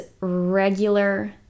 regular